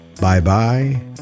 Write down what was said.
Bye-bye